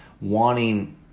wanting